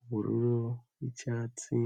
ubururu n'icyatsi.